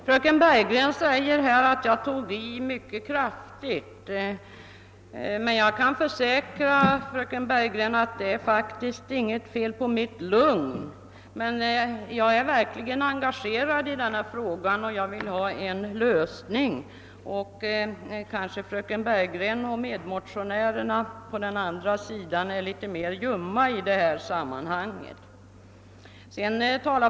Herr talman! Fröken Bergegren sade att jag tog i mycket kraftigt, men jag kan försäkra fröken Bergegren att det faktiskt inte är något fel på mitt lugn. Emellertid är jag verkligt engagerad i denna fråga och vill ha en lösning. Kanske intresset från fröken Bergegren jämte medmotionärer på den andra sidan i denna fråga är litet mera ljumt.